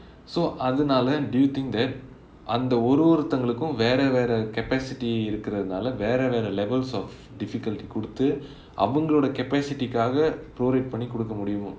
so அது நாலே:athu naalae do you think that அந்த ஒரு ஒருத்தங்களுக்கும் வேற வேற:antha oru oruttangalukkum vera vera capacity இருக்குறனாளே வேற வேற:irukkura naalae vera vera levels of difficulty கொடுத்து அவங்களோட:koduthu avangaloda capacity காக:kaaga prorate பண்ணி கொடுக்க முடியுமோ:panni kodukka mudiyumo